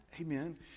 Amen